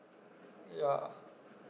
ya